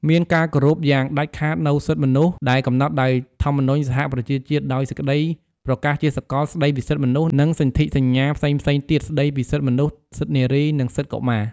មានការគោរពយ៉ាងដាច់ខាតនូវសិទ្ធិមនុស្ស ដែលកំណត់ដោយធម្មនុញ្ញសហប្រជាជាតិ ដោយសេចក្តីប្រកាសជាសកល ស្តីពីសិទ្ធិមនុស្ស និងសន្ធិសញ្ញាផ្សេងៗទៀត ស្តីពីសិទ្ធិមនុស្ស សិទ្ធិនារី និងសិទ្ធិកុមារ។